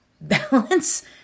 balance